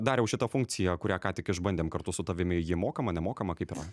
dariau šita funkcija kurią ką tik išbandėm kartu su tavimi ji mokama nemokama kaip yra